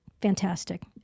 fantastic